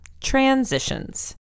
transitions